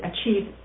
achieve